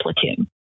platoon